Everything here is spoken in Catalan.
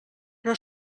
però